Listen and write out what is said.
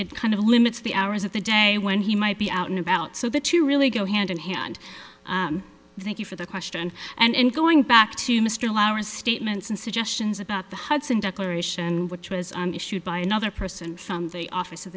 it kind of limits the hours of the day when he might be out and about so that to really go hand in hand thank you for the question and going back to mr lauer his statements and suggestions about the hudson declaration which was issued by another person from the office of